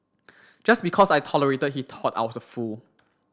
just because I tolerated he taught I was a fool